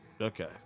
Okay